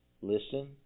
listen